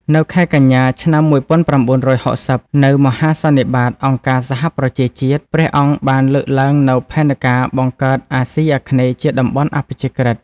នៅខែកញ្ញា ឆ្នាំ១៩៦០ នៅមហាសន្និបាតអង្គការសហប្រជាជាតិ ព្រះអង្គបានលើកឡើងនូវផែនការបង្កើតអាស៊ីអាគ្នេយ៍ជាតំបន់អព្យាក្រឹត។